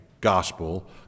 gospel